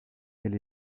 elle